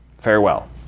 Farewell